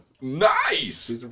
Nice